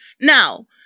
now